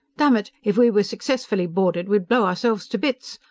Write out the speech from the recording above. dammit, if we were successfully boarded we'd blow ourselves to bits!